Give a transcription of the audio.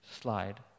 slide